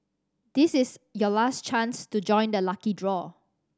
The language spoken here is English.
this is your last chance to join the lucky draw